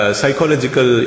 psychological